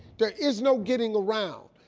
there is no getting around,